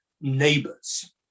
neighbors